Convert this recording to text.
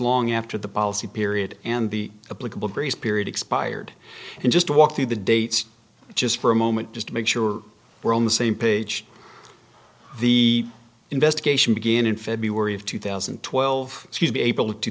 long after the policy period and the political grace period expired and just walk through the dates just for a moment just to make sure we're on the same page the investigation began in february of two thousand and twelve